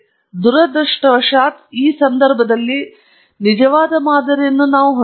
ದುರದೃಷ್ಟವಶಾತ್ ಈ ಸಂದರ್ಭದಲ್ಲಿ ನಿಜವಾದ ಮಾದರಿಯನ್ನು ನಾವು ಹೊಂದಿಲ್ಲ